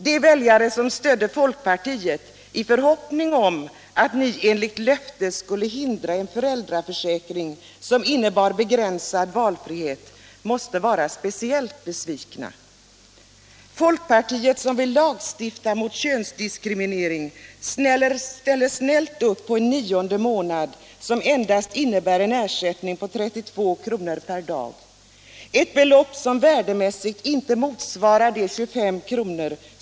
De väljare som stödde folkpartiet i förhoppningen om att ni enligt löfte skulle hindra en föräldraförsäkring som innebar begränsad valfrihet måste vara speciellt besvikna. Folkpartiet som vill lagstifta mot könsdiskriminering ställer snällt upp på en nionde månad som innebär en ersättning på endast 32 kr. per dag — ett belopp som värdemässigt inte motsvarar de 25 kr.